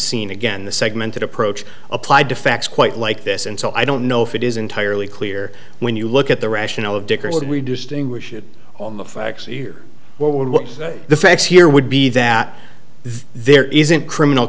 seen again the segment that approach applied to facts quite like this and so i don't know if it is entirely clear when you look at the rationale of dickerson reduced english it on the facts here what would what the facts here would be that there isn't criminal